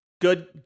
good